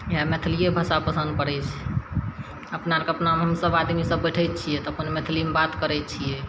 इएहे मैथिलिये भाषा पसन्द पड़य छै अपना आरके अपना हमसभ आदमी सभ बैठय छियै तब मैथिलीमे बात करय छियै